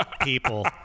people